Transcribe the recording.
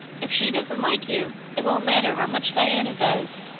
if she doesn't like you it won't matter how much diana does.